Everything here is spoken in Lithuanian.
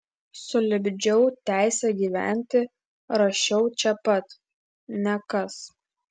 sulipdžiau teisę gyventi rašiau čia pat nekas